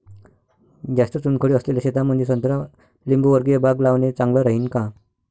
जास्त चुनखडी असलेल्या शेतामंदी संत्रा लिंबूवर्गीय बाग लावणे चांगलं राहिन का?